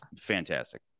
fantastic